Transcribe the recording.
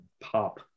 pop